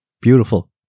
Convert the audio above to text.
Beautiful